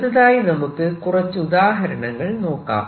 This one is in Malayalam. അടുത്തതായി നമുക്ക് കുറച്ച് ഉദാഹരണങ്ങൾ നോക്കാം